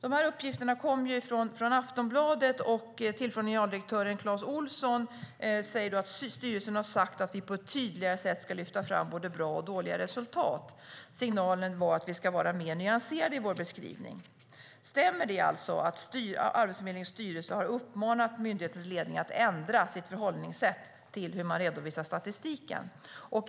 Enligt Aftonbladet sade den tillförordnade generaldirektören Clas Olsson att "styrelsen har sagt att vi på ett tydligare sätt ska lyfta fram både bra och dåliga resultat" och att "signalen var att vi ska vara mer nyanserade i vår beskrivning". Stämmer det att Arbetsförmedlingens styrelse har uppmanat myndighetens ledning att ändra sitt förhållningssätt till hur man redovisar statistiken?